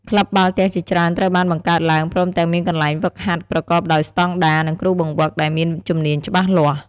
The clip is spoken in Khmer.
ក្លឹបបាល់ទះជាច្រើនត្រូវបានបង្កើតឡើង ព្រមទាំងមានកន្លែងហ្វឹកហាត់ប្រកបដោយស្តង់ដារ និងគ្រូបង្វឹកដែលមានជំនាញច្បាស់លាស់។